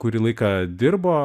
kurį laiką dirbo